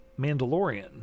Mandalorian